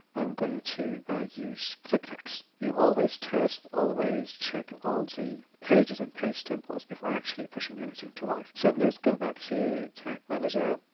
i'm going to use click next. you always test always check all the pages and paste templates before actually pushing anything to life. so let's go back to tag manager.